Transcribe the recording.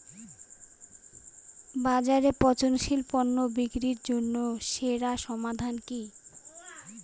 বাজারে পচনশীল পণ্য বিক্রির জন্য সেরা সমাধান কি?